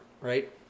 right